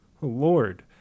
Lord